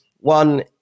one